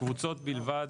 קבוצות בלבד,